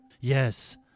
Yes